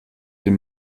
den